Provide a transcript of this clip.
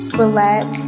relax